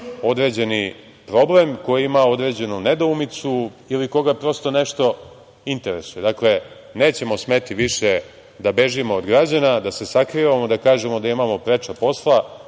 određeni problem, koji ima određenu nedoumicu ili koga prosto nešto interesuje. Dakle, nećemo smeti više da bežimo od građana, da se sakrivamo, da kažemo da imamo preča posla. Niko